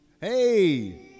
Hey